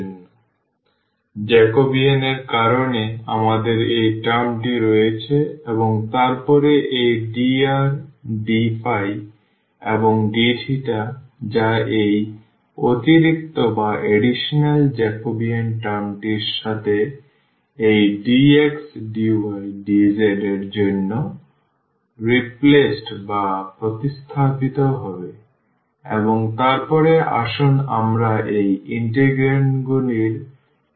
সুতরাং জ্যাকোবিয়ান এর কারণে আমাদের এই টার্মটি রয়েছে এবং তারপরে এই dr d এবং d যা এই অতিরিক্ত জ্যাকোবিয়ান টার্মটির সাথে এই dx dy dz এর জন্য প্রতিস্থাপিত হবে এবং তারপর আসুন আমরা এই ইন্টিগ্রান্ডগুলি নিয়ে আলোচনা করি